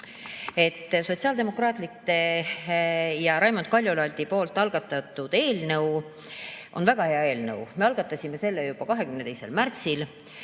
Sotsiaaldemokraatide ja Raimond Kaljulaidi algatatud eelnõu on väga hea eelnõu. Me algatasime selle juba 22. märtsil,